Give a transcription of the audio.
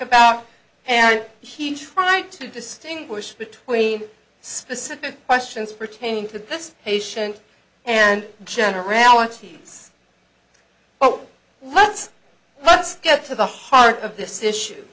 about and he tried to distinguish between specific questions pertaining to this patient and generalities well let's let's get to the heart of this issue